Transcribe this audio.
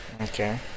okay